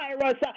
virus